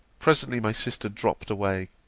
presently my sister dropt away.